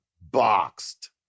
boxed